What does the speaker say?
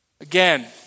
again